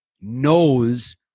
knows